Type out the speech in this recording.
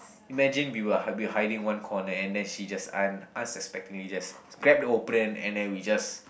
imagine we will hide we hiding one corner and then she just un~ unsuspectedly just grab the opponent and then we just